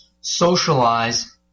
socialize